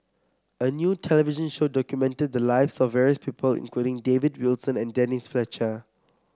a new television show documented the lives of various people including David Wilson and Denise Fletcher